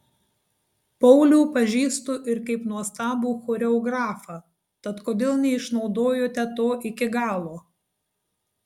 paulių pažįstu ir kaip nuostabų choreografą tad kodėl neišnaudojote to iki galo